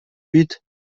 huit